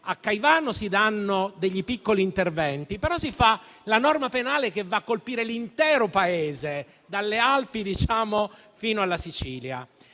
a Caivano si fanno piccoli interventi, ma si fa una norma penale che va a colpire l'intero Paese, dalle Alpi fino alla Sicilia.